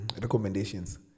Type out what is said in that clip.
recommendations